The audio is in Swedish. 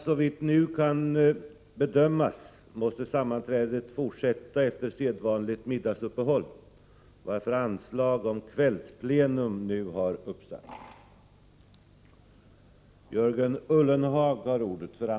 Såvitt nu kan bedömas måste detta sammanträde fortsätta efter sedvanligt middagsuppehåll, varför anslag om kvällsplenum har uppsatts.